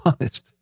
honest